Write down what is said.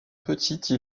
petite